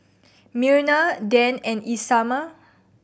Myrna Dan and Isamar